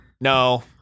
no